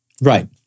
right